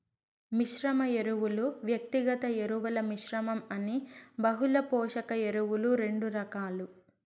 మిశ్రమ ఎరువులు, వ్యక్తిగత ఎరువుల మిశ్రమం అని బహుళ పోషక ఎరువులు రెండు రకాలు